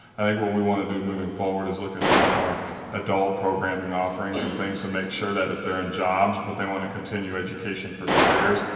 i think what we want to do moving forward is look at some of our adult programming offerings and things to make sure that if they're in jobs but they want to continue education for careers,